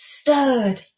stirred